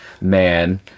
man